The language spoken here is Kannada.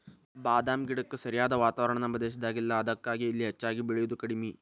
ಬಾದಾಮ ಗಿಡಕ್ಕ ಸರಿಯಾದ ವಾತಾವರಣ ನಮ್ಮ ದೇಶದಾಗ ಇಲ್ಲಾ ಅದಕ್ಕಾಗಿ ಇಲ್ಲಿ ಹೆಚ್ಚಾಗಿ ಬೇಳಿದು ಕಡ್ಮಿ